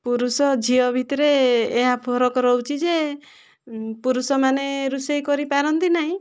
ପୁରୁଷ ଝିଅ ଭିତେରେ ଏହା ଫରକ ରହୁଛି ଯେ ପୁରୁଷମାନେ ରୋଷେଇ କରିପାରନ୍ତି ନାହିଁ